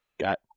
got